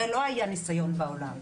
לא היה ניסיון בעולם.